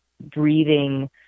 breathing